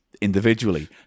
individually